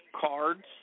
cards